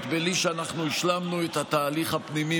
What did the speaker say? בלי שאנחנו השלמנו את התהליך הפנימי